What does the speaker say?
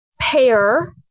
pair